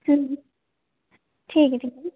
हां जी ठीक ऐ ठीक ऐ